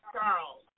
Charles